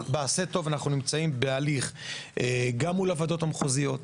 בעשה טוב אנחנו נמצאים בהליך גם מול הוועדות המחוזיות,